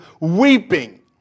weeping